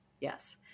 Yes